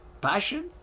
Passion